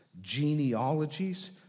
genealogies